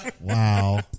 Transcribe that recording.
Wow